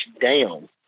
down